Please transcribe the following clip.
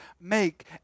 make